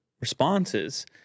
responses